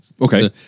Okay